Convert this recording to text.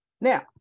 Now